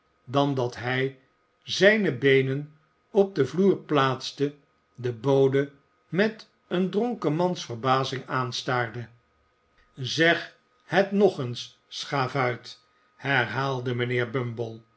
dan dat hij zijne beenen op den vloer plaatste den bode met dronkemansverbazing aanstaarde zeg het nog eens schavuit herhaalde mijnheer